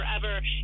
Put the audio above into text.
forever